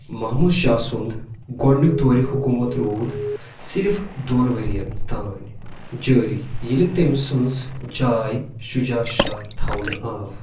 محموٗد شاہ سُنٛد گۄڈنیُک دورِ حُکوٗمت روٗد صِرِف دۄن ؤرِین تانۍ جٲری ییلہِ تمہِ سٕنز جاے شُجاع شاہ تھونہٕ آو